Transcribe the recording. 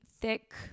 thick